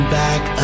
back